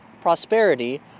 prosperity